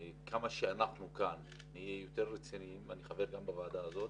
וכמה שאנחנו כאן נהיה יותר רציניים אני חבר גם בוועדה הזאת,